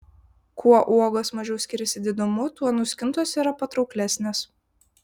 kuo uogos mažiau skiriasi didumu tuo nuskintos yra patrauklesnės